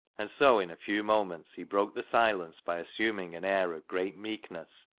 and so in a few moments he broke the silence by assuming an air of great meek ness,